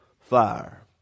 fire